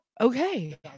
okay